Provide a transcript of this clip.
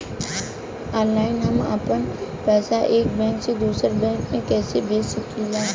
Online हम आपन पैसा एक बैंक से दूसरे बैंक में कईसे भेज सकीला?